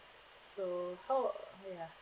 so how ya